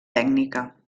tècnica